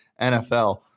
NFL